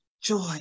joy